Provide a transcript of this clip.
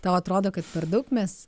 tau atrodo kad per daug mes